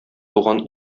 туган